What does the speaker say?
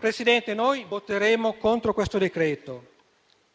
Presidente, noi voteremo contro questo decreto.